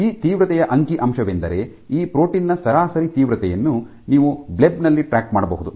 ಈ ತೀವ್ರತೆಯ ಅಂಕಿ ಅಂಶವೆಂದರೆ ಈ ಪ್ರೋಟೀನ್ ನ ಸರಾಸರಿ ತೀವ್ರತೆಯನ್ನು ನೀವು ಬ್ಲೆಬ್ ನಲ್ಲಿ ಟ್ರ್ಯಾಕ್ ಮಾಡಬಹುದು